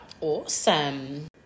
Awesome